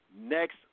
next